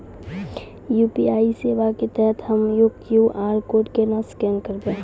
UPI सेवा के तहत हम्मय क्यू.आर कोड केना स्कैन करबै?